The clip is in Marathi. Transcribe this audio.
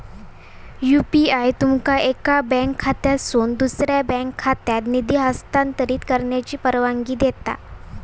यू.पी.आय तुमका एका बँक खात्यातसून दुसऱ्यो बँक खात्यात निधी हस्तांतरित करण्याची परवानगी देता